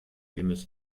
memes